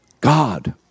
God